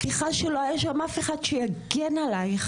סליחה שלא היה שם אף אחד שיגן עלייך